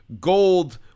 gold